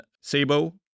Sabo